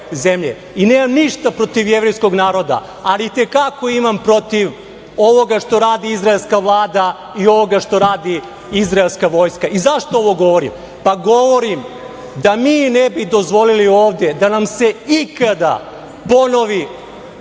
I nemam ništa protiv jevrejskog naroda, ali itekako imam protiv ovoga što radi izraelska vlada i ovoga što radi izraelska vojska.Zašto ovo govorim? Pa, govorim da mi ne bi dozvolili ovde da nam se ikada ponovi